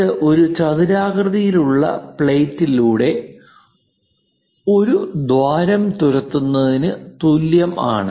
ഇത് ഒരു ചതുരാകൃതിയിലുള്ള പ്ലേറ്റിലൂടെ ഒരു ദ്വാരം തുരത്തുന്നതിന് തുല്യം ആണ്